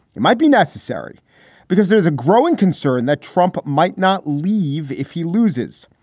it might be necessary because there is a growing concern that trump might not leave if he loses.